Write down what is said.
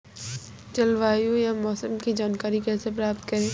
जलवायु या मौसम की जानकारी कैसे प्राप्त करें?